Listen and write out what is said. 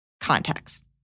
Context